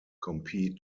compete